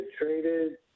traded